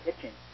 kitchen